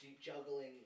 juggling